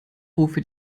rufe